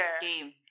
Game